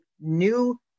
new